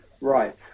Right